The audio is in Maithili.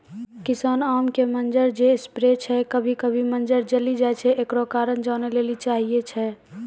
किसान आम के मंजर जे स्प्रे छैय कभी कभी मंजर जली जाय छैय, एकरो कारण जाने ली चाहेय छैय?